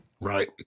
right